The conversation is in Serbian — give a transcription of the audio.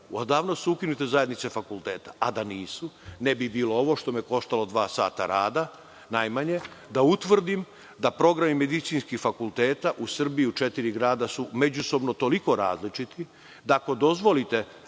Odavno su ukinute zajednice fakulteta. Da nisu, ne bi bilo ovoga što me je koštalo dva sata rada najmanje, da utvrdim da su programi medicinskih fakulteta u Srbiji u četiri grada međusobno toliko različiti da ako dozvolite